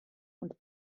und